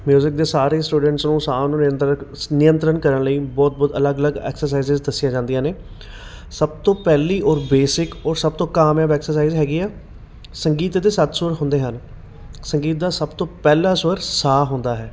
music ਦੇ ਸਾਰੇ students ਨੂੰ ਸਾਹ ਨੂੰ ਨਿਯੰਤਰਕ ਨਿਯੰਤਰਨ ਕਰਨ ਲਈ ਬਹੁਤ ਬਹੁਤ ਅਲੱਗ ਅਲੱਗ ਐਕਸਰਸਾਈਜ਼ ਦੱਸੀਆਂ ਜਾਂਦੀਆਂ ਨੇ ਸਭ ਤੋਂ ਪਹਿਲੀ ਔਰ ਬੇਸਿਕ ਔਰ ਸਭ ਤੋਂ ਕਾਮਯਾਬ ਐਕਸਰਸਾਈਜ਼ ਹੈਗੀ ਹੈ ਸੰਗੀਤ ਦੇ ਸੱਤ ਸੁਰ ਹੁੰਦੇ ਹਨ ਸੰਗੀਤ ਦਾ ਸਭ ਤੋਂ ਪਹਿਲਾ ਸਵਰ ਸਾ ਹੁੰਦਾ ਹੈ